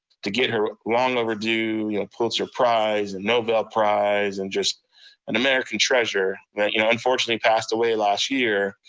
to get her long overdue you know pulitzer prize and nobel prize and just an american treasure that you know unfortunately passed away last year,